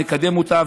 ונקדם אותה.